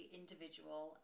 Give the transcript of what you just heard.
individual